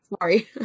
Sorry